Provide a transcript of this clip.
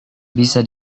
bisa